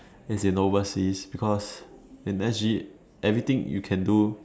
its in overseas because in S_G everything you can do